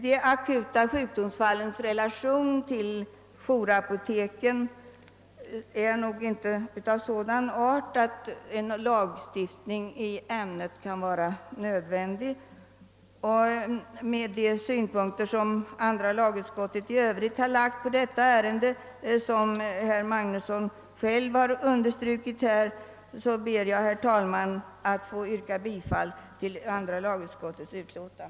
De akuta sjukdomsfallens relation till jourapoteken är nog inte av sådan art att en lagstiftning i ämnet kan vara nödvändig. Med de synpunkter som andra lagutskottet i övrigt har lagt på detta ärende, vilka herr Magnusson själv här har understrukit, ber jag, herr talman, att få yrka bifall till utskottets hemställan.